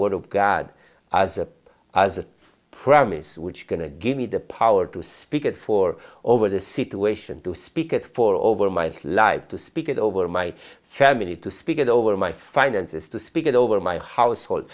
word of god as a as a promise which going to give me the power to speak it for over the situation to speak it for over my life to speak it over my family to speak it over my finances to speak it over my household